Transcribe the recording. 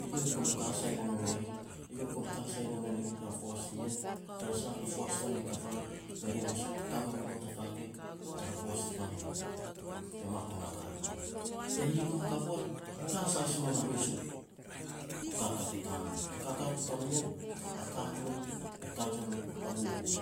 Eiau kum ka sai gon me nou e ri, eiau kum ka sai gon me nou e ri tara poaj ni ien, tara sah a poaj tanou e kap a lan ne ri mas ka me ru ngot hatatei tara poats te ka na ien te mat wa na katun. Te hingoh hakap war, e ka sai si me no mes u kakat e ka no. Kakat te ka na ien a katun e kaj e no habubul,